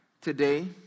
today